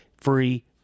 free